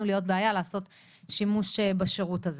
להיות בעיה לעשות שימוש בשירות הזה.